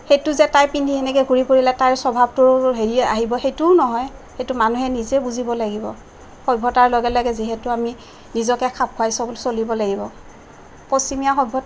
সেইটো যে তাই পিন্ধি হেনেকে ঘূৰি ফুৰিলে তাৰই স্বভাৱটোৰ হেৰি আহিব সেইটোও নহয় সেইটো মানুহে নিজে বুজিব লাগিব সভ্যতাৰ লগে লগে যিহেতু আমি নিজকে খাপ খুৱাই চলিব লাগিব পশ্চিমীয়া সভ্য